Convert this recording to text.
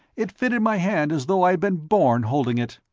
it fitted my hand as though i'd been born holding it.